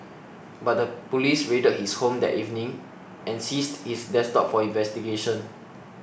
but the police raided his home that evening and seized his desktop for investigation